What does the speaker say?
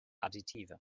additive